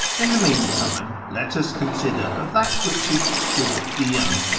in the mean time let us consider of that which is sub dio,